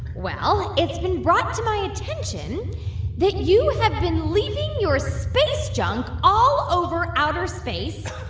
well, it's been brought to my attention that you have been leaving your space junk all over outer space.